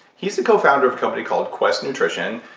he's the co-founder of a company called quest nutrition,